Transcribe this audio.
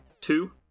two